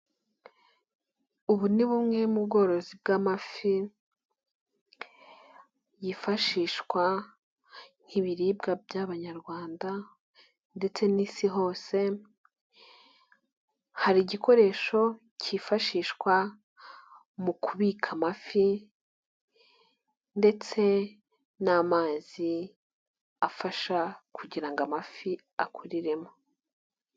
Ubu ni bumwe mu bworozi bw'amafi yifashishwa nk'ibiribwa by'abanyarwanda ndetse n'isi hose. Hari igikoresho cyifashishwa mu kubika amafi ,ndetse n'amazi afasha kugira ngo amafi akuriremo.